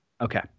Okay